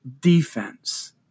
defense